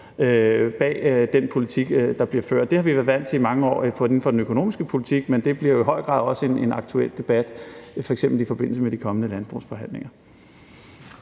bag den politik, der bliver ført. Det har vi været vant til i mange år inden for den økonomiske politik, men det bliver jo i høj grad også en aktuel debat, f.eks. i forbindelse med de kommende landbrugsforhandlinger.